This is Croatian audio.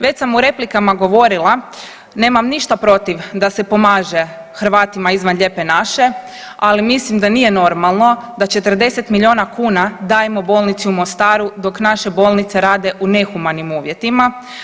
Već sam u replikama govorila nemam ništa protiv da se pomaže Hrvatima izvan Lijepe naše, ali mislim da nije normalno da 40 milijuna kuna dajemo bolnici u Mostaru, dok naše bolnice rade u nehumanim uvjetima.